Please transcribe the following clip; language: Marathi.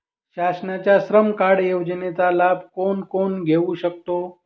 शासनाच्या श्रम कार्ड योजनेचा लाभ कोण कोण घेऊ शकतो?